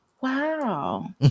wow